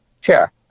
Sure